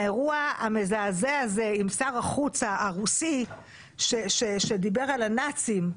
האירוע המזעזע הזה עם שר החוץ הרוסי שדיבר על הנאצים,